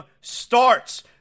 starts